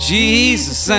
Jesus